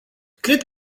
cred